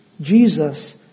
Jesus